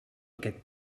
aquest